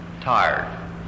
Tired